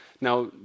Now